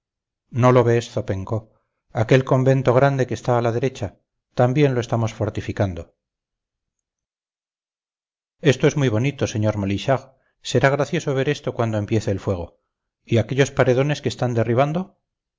no lo ves zopenco aquel convento grande que está a la derecha también lo estamos fortificando esto es muy bonito señor molichard será gracioso ver esto cuando empiece el fuego y aquellos paredones que están derribando